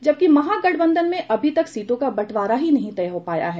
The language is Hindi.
जबकि महागठबंधन में अभी तक सीटों का बंटवारा ही तय नहीं हो पाया है